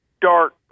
dark